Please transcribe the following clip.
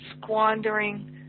squandering